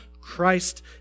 Christ